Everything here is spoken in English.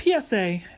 PSA